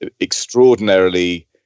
extraordinarily